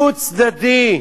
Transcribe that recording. דו-צדדי,